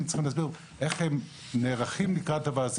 צריכים להסביר איך הם נערכים לקראת המעשה,